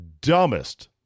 Dumbest